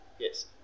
Yes